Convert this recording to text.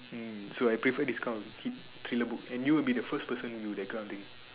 so I prefer this kind of thri~ thriller book and you will be the first person to that kinda thing